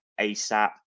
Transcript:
ASAP